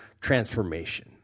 transformation